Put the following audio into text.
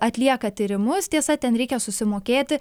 atlieka tyrimus tiesa ten reikia susimokėti